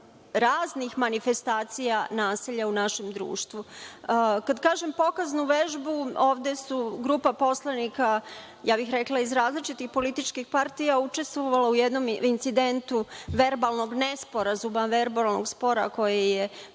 raznih manifestacija nasilja u našem društvu. Kada kažem – pokaznu vežbu, ovde je grupa poslanika, rekla bih iz različitih političkih partija, učestvovala u jednom incidentu verbalnog nesporazuma, verbalnog spora koji je